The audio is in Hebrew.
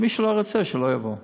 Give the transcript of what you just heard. שמי שלא רוצה, שלא יבוא.